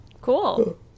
Cool